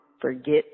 Forget